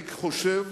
אני חושב